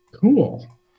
Cool